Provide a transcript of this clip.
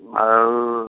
ଆଉ